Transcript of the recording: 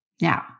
Now